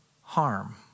harm